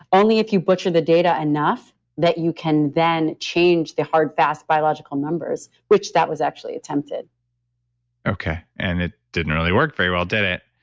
only if you butcher the data enough that you can then change the hard fast biological numbers, which that was actually attempted okay, and it didn't really work very well, did it?